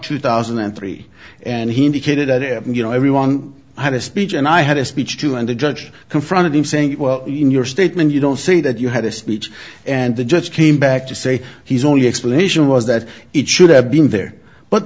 two thousand and three and he indicated you know everyone had a speech and i had a speech to and the judge confronted him saying in your statement you don't say that you had a speech and the judge came back to say he's only explanation was that it should have been there but